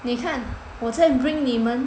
你看我在 bring 你们